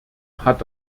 hat